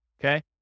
Okay